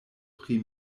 pri